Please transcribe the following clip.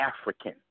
African